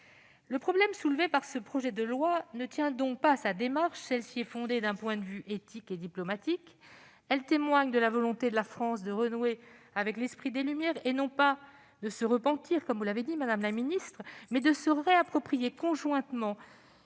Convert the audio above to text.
Le problème soulevé par ce projet de loi ne tient donc pas à sa démarche. Celle-ci est fondée d'un point de vue éthique et diplomatique ; elle témoigne de la volonté de la France de renouer avec l'esprit des Lumières et, non pas de se repentir, mais de se réapproprier conjointement,